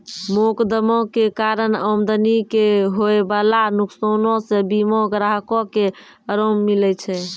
मोकदमा के कारण आदमी के होयबाला नुकसानो से बीमा ग्राहको के अराम मिलै छै